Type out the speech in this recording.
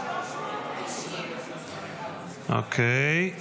390. אוקיי,